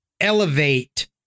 elevate